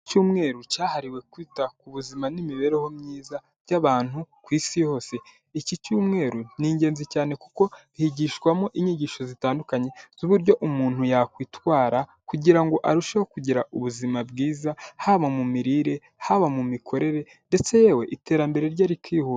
Icyumweru cyahariwe kwita ku buzima n'imibereho myiza by'abantu ku isi hose. Iki cyumweru ni ingenzi cyane kuko higishwamo inyigisho zitandukanye z'uburyo umuntu yakwitwara kugira ngo arusheho kugira ubuzima bwiza, haba mu mirire, haba mu mikorere ndetse yewe iterambere rye rikihuta.